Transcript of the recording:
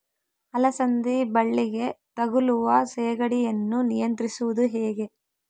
ಅಲಸಂದಿ ಬಳ್ಳಿಗೆ ತಗುಲುವ ಸೇಗಡಿ ಯನ್ನು ನಿಯಂತ್ರಿಸುವುದು ಹೇಗೆ?